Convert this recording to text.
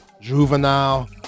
Juvenile